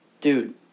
dude